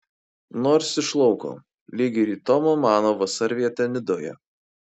nors iš lauko lyg ir į tomo mano vasarvietę nidoje